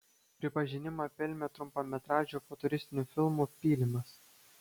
pripažinimą pelnė trumpametražiu futuristiniu filmu pylimas